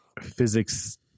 physics